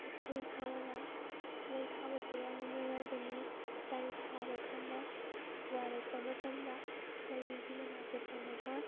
ꯂꯩ ꯊꯥꯕꯗ ꯂꯩ ꯊꯥꯕꯁꯦ ꯌꯥꯝꯅ ꯅꯨꯡꯉꯥꯏꯕꯅꯤ ꯂꯥꯏꯔꯤꯛ ꯄꯥꯕ ꯀꯥꯟꯗ ꯋꯥꯔꯛꯄ ꯃꯇꯝꯗ ꯂꯩꯒꯤ ꯃꯅꯥꯛꯇ ꯆꯪꯉꯒ